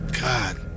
God